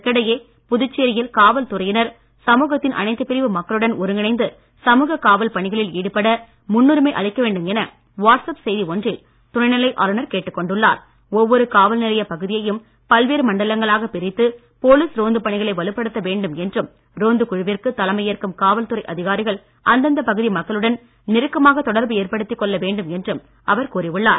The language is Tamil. இதற்கிடையே புதுச்சேரியில் காவல்துறையினர் சமுகத்தின் அனைத்து பிரிவு மக்களுடன் ஒருங்கிணைந்து சமுக காவல் பணிகளில் ஈடுபட முன்னுரிமை அளிக்க வேண்டும் என வாட்ஸ்அப் செய்தி ஒன்றில் துணைநிலை ஒவ்வொரு காவல்நிலையப் பகுதியையும் பல்வேறு மண்டலங்களாக பிரித்து போலிஸ் ரோந்து பணிகளை வலுப்படுத்த வேண்டும் என்றும் ரோந்து குழுவிற்கு தலைமையேற்கும் காவல்துறை அதிகாரிகள் அந்தந்த பகுதி மக்களுடன் நெருக்கமாக தொடர்பு ஏற்படுத்திக் கொள்ள வேண்டும் என்றும் அவர் கூறியுள்ளார்